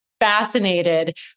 fascinated